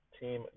team